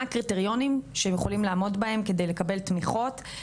הקריטריונים שהם צריכים לעמוד בהם כדי לקבל תמיכות.